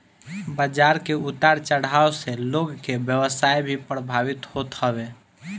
बाजार के उतार चढ़ाव से लोग के व्यवसाय भी प्रभावित होत हवे